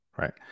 Right